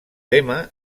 lema